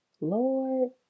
Lord